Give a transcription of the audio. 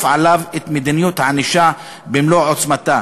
עליו את מדיניות הענישה במלוא עוצמתה".